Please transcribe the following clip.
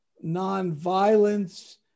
non-violence